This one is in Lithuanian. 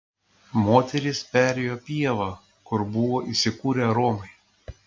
moterys perėjo pievą kur buvo įsikūrę romai